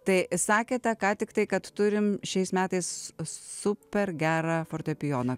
tai sakėte ką tiktai kad turime šiais metais super gerą fortepijoną